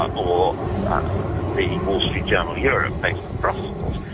ah or the wall street journal europe based in brussels,